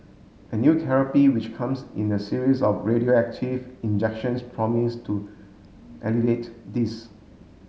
a new therapy which comes in the series of radioactive injections promise to alleviate this